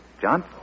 John